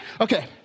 okay